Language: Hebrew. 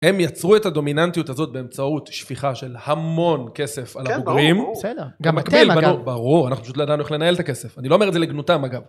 הם יצרו את הדומיננטיות הזאת באמצעות שפיכה של המון כסף על הבוגרים. -בסדר, גם אתם אגב. -ברור, אנחנו פשוט לא ידענו איך לנהל את הכסף. אני לא אומר את זה לגנותם, אגב.